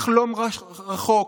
לחלום רחוק,